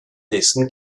dessen